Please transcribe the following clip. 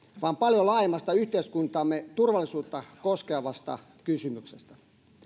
vaan paljon laajemmasta yhteiskuntamme turvallisuutta koskevasta kysymyksestä